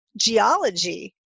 geology